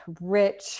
rich